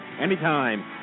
anytime